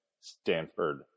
Stanford